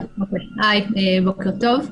בוקר טוב.